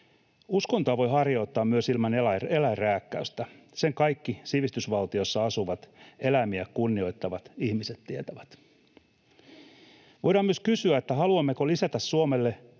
Uskontoa voi harjoittaa myös ilman eläinrääkkäystä. Sen kaikki sivistysvaltiossa asuvat eläimiä kunnioittavat ihmiset tietävät. Voidaan myös kysyä, haluammeko lisätä Suomelle